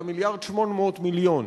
אלא 1.8 מיליארד.